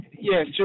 Yes